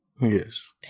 Yes